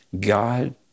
God